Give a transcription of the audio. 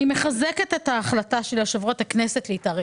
אני מחזקת את ההחלטה של יושב-ראש הכנסת להתערב